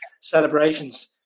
celebrations